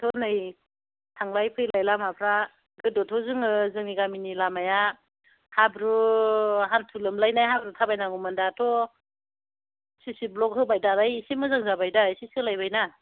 दाथ' नै थांलाय फैलाय लामाफ्रा गोदोथ' जोङो जोंनि गामिनि लामाया हाब्रु हान्थु लोमलायनाय हाब्रु थाबायनांगौमोन दाथ' सि सि ब्ल'क होबाय दालाय एसे मोजां जाबायदा एसे सोलाबाय ना